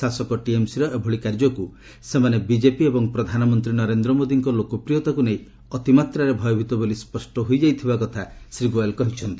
ଶାସକ ଟିଏମ୍ସିର ଏଭଳି କାର୍ଯ୍ୟକୁ ସେମାନେ ବିଜେପି ଏବଂ ପ୍ରଧାନମନ୍ତ୍ରୀ ନରେନ୍ଦ୍ର ମୋଦିଙ୍କ ଲୋକପ୍ରିୟତାକୁ ନେଇ ଅତିମାତ୍ରାରେ ଭୟଭୀତ ଭୋଲି ସ୍ୱଷ୍ଟ ହୋଇଯାଇଥିବା କଥା ଶ୍ରୀ ଗୋୟଲ୍ କହିଚ୍ଛନ୍ତି